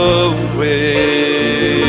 away